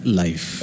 life